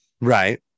Right